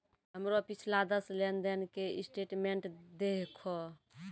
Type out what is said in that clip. हमरो पिछला दस लेन देन के स्टेटमेंट देहखो